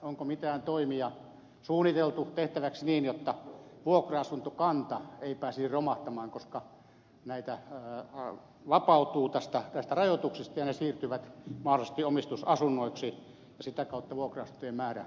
onko mitään toimia suunniteltu tehtäväksi jotta vuokra asuntokanta ei pääsisi romahtamaan koska asuntoja vapautuu näistä rajoituksista ja ne siirtyvät mahdollisesti omistusasunnoiksi ja sitä kautta vuokra asuntojen määrä tulee laskemaan